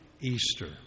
Easter